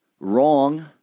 wrong